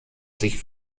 sich